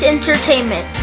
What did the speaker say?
Entertainment